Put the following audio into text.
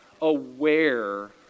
aware